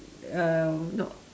uh not